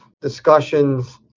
discussions